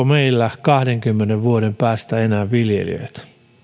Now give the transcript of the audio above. meillä kahdenkymmenen vuoden päästä enää viljelijöitä